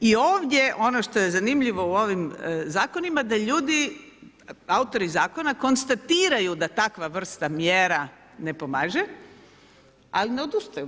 I ovdje, ono što je zanimljivo u ovim zakonima da ljudi, autori zakona konstatiraju da takva vrsta mjera ne pomaže, ali ne odustaju.